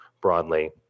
broadly